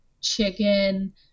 chicken